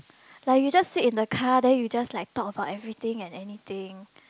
like you just sit in the car then you just like talk about everything and anything